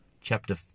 chapter